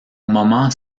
moments